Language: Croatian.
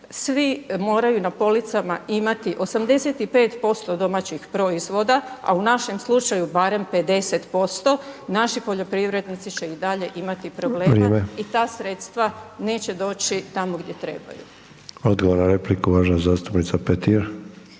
svi moraju na policama imati 85% domaćih proizvoda, a u našem slučaju barem 50% naši poljoprivrednici će i dalje imati problema i ta sredstva neće doći tamo gdje trebaju. **Sanader, Ante (HDZ)** Odgovor na repliku uvažena zastupnica Petir.